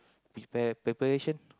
prepare preparation